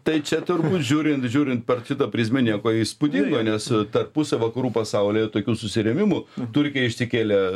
tai čia turbūt žiūrint žiūrint per šitą prizmę nieko įspūdingo nes tą pusę vakarų pasaulyje tokių susirėmimų turkija išsikėlė